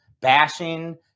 bashing